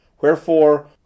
Wherefore